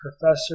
professor